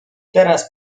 teraz